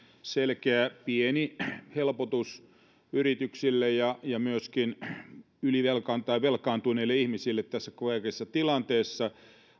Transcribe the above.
selkeä pieni helpotus yrityksille ja myöskin velkaantuneille ihmisille tässä vaikeassa tilanteessa